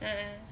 mmhmm